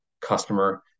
customer